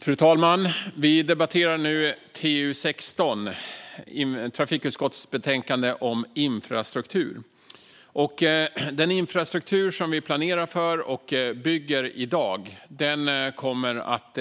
Fru talman! Vi debatterar nu trafikutskottets betänkande 16 om infrastrukturfrågor. Den infrastruktur som vi planerar för och bygger i dag kommer att